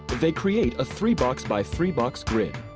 they create a three-box-by-three-box grid.